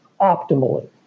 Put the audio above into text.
optimally